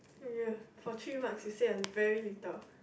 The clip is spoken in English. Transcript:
for three marks you say a very little